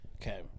Okay